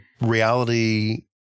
reality